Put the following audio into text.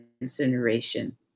incineration